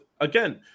again